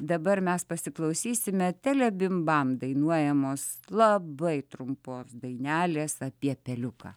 dabar mes pasiklausysime telebimbam dainuojamos labai trumpos dainelės apie peliuką